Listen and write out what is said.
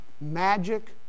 magic